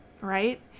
right